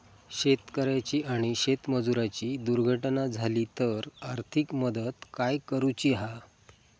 शेतकऱ्याची आणि शेतमजुराची दुर्घटना झाली तर आर्थिक मदत काय करूची हा?